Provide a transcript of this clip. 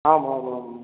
आम् आम् आम्